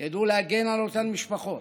ידעו להגן על אותן משפחות,